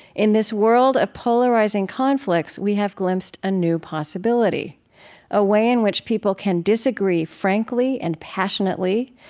in this world of polarizing conflicts, we have glimpsed a new possibility a way in which people can disagree frankly and passionately,